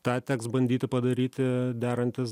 tą teks bandyti padaryti derantis